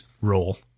role